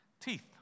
teeth